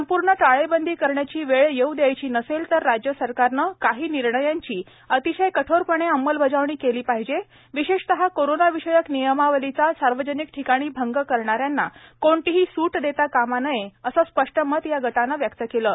संपूर्ण टाळेबंदी करण्याची वेळ येऊ द्यायची नसेल तर राज्य सरकारने काही निर्णयांची अतिशय कठोरपणे अंमलबजावणी केली पाहिजे विशेषतः कोरोनाविषयक नियमावलीचा सार्वजनिक ठिकाणी भंग करणाऱ्यांना कोणतीही सूट देता कामा नये असं स्पष्ट मत या गटानं व्यक्त केलं आहे